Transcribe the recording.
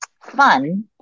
fun